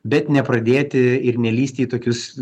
bet nepradėti ir nelįsti į tokius